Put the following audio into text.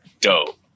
dope